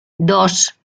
dos